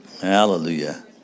Hallelujah